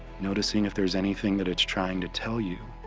noticing if there's anything that it's trying to tell you.